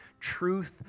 truth